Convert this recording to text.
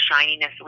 shininess